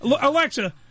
Alexa